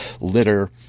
litter